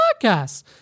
podcast